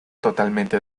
totalmente